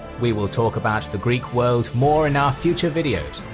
we will talk about the greek world more in our future videos,